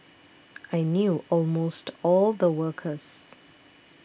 I knew almost all the workers